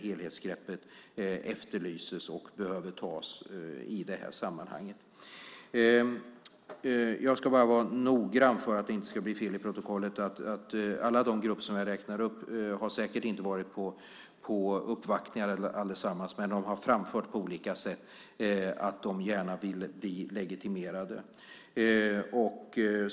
Helhetsgreppet efterlyses och behöver tas i det här sammanhanget. Jag ska vara noggrann för att det inte ska bli fel i protokollet och säga att alla de grupper som jag räknade upp säkert inte varit på uppvaktningar, men de har på olika sätt framfört att de gärna vill bli legitimerade.